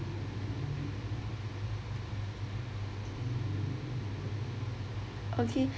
okay